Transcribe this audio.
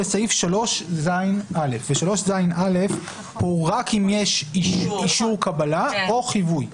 לסעיף 3זא וסעיף 3זא הוא רק אם יש אישור קבלה או חיווי.